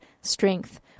strength